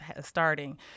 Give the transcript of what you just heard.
starting